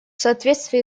соответствии